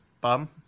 bum